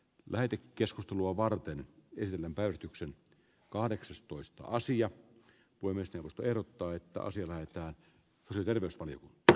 väite keskustelua varten vesilämpäretyksen kahdeksas toista asti ja voimistelusta erottaa että asia näytetään andersonin br